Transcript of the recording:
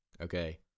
Okay